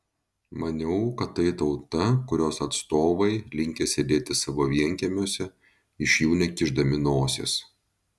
maniau kad tai tauta kurios atstovai linkę sėdėti savo vienkiemiuose iš jų nekišdami nosies